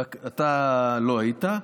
אתה לא היית,